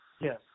yes